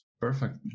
Perfect